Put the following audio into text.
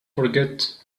forget